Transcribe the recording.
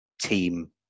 team